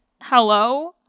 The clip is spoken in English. Hello